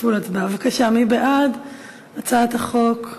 מי בעד הצעת החוק?